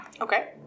Okay